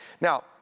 Now